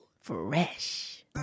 Fresh